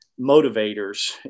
motivators